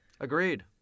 agreed